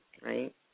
right